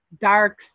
dark